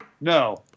No